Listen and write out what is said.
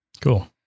Cool